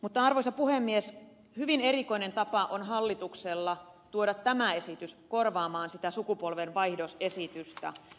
mutta arvoisa puhemies hyvin erikoinen tapa on hallituksella tuoda tämä esitys korvaamaan sitä sukupolvenvaihdosesitystä